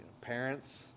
parents